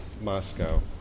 Moscow